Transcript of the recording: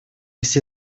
все